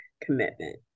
commitment